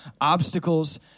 obstacles